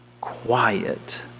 quiet